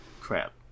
Crap